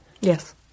Yes